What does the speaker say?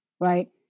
right